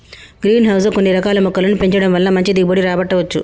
green house లో కొన్ని రకాల మొక్కలను పెంచడం వలన మంచి దిగుబడి రాబట్టవచ్చు